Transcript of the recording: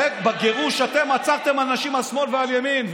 הרי בגירוש אתם עצרתם אנשים על שמאל ועל ימין,